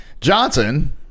Johnson